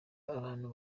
abantu